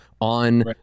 on